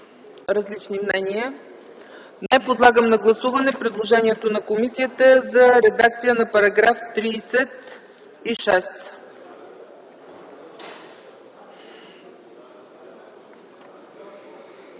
различни мнения? Не. Подлагам на гласуване предложението на комисията за редакция на § 36.